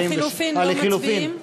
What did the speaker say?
לחלופין, לא מצביעים.